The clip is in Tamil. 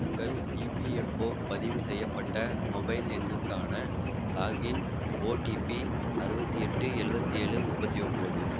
உங்கள் இபிஎஃப்ஓ பதிவு செய்யப்பட்ட மொபைல் எண்ணுக்கான லாகின் ஓடிபி அறுபத்தி எட்டு எழுபத்தி ஏழு முப்பத்தி ஒம்போது